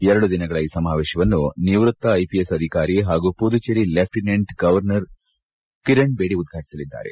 ಎರಡು ದಿನಗಳ ಈ ಸಮಾವೇಶವನ್ನು ನಿವ್ವತ್ತ ಐಪಿಎಸ್ ಅಧಿಕಾರಿ ಹಾಗೂ ಪುದುಚೇರಿ ಲೆಫ್ಟಿನೆಂಟ್ ಗವರ್ನರ್ ಕಿರಣ್ ಬೇಡಿ ಉದ್ಘಾಟಿಸಲಿದ್ದಾರೆ